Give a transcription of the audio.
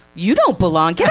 you don't belong, yeah